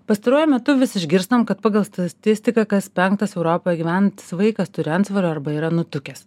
pastaruoju metu vis išgirstam kad pagal statistiką kas penktas europoje gyvenanatis vaikas turi antsvorio arba yra nutukęs